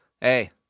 Hey